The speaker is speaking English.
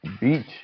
Beach